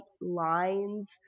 lines